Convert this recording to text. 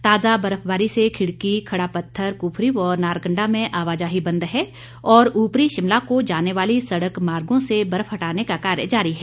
ताजा बर्फबारी से खिड़की खड़ापत्थर कुफरी व नारकंडा में आवाजाही बंद है और ऊपरी शिमला को जाने वाले सड़क मार्गो से बर्फ हटाने का कार्य जारी है